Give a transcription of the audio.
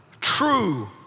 true